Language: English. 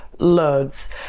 loads